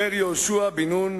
אומר יהושע בן נון,